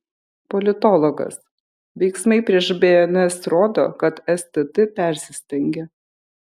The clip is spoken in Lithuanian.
politologas veiksmai prieš bns rodo kad stt persistengė